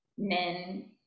men